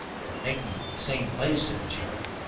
they are making for the same place, said jerry.